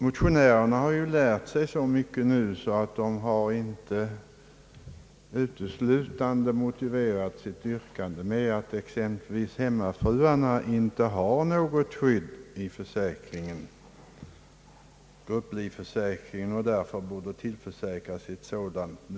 Motionärerna har nu lärt sig så mycket, att de inte uteslutande motiverat sitt yrkande med att exempelvis hemmafruarna inte har något skydd från grupplivförsäkringen och därför borde tillförsäkras ett sådant.